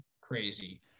crazy